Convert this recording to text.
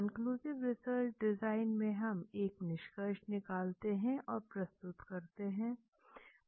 conclusive research design में हम एक निष्कर्ष निकालते हैं और प्रस्तुत करते हैं